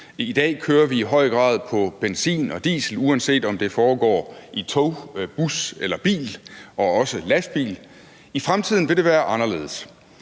I dag kører vi i høj grad på benzin og diesel, uanset om det foregår i tog, bus eller bil og også lastbil, men i fremtiden vil det være anderledes.